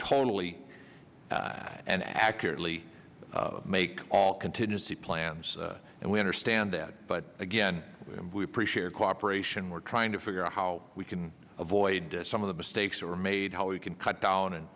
totally and accurately make all contingency plans and we understand that but again we appreciate the cooperation we're trying to figure out how we can avoid some of the mistakes that were made how we can cut down and